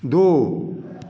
दो